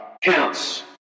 counts